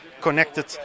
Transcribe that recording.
connected